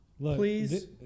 please